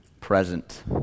present